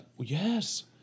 yes